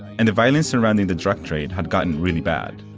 and the violence surrounding the drug trade had gotten really bad.